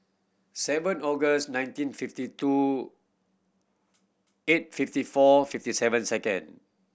seven August nineteen fifty two eight fifty four fifty seven second